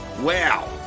Wow